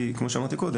כי כמו שאמרתי קודם,